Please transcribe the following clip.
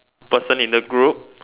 person in the group